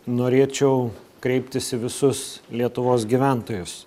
norėčiau kreiptis į visus lietuvos gyventojus